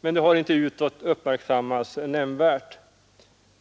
men det har inte utåt uppmärksammats nämnvärt.